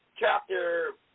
chapter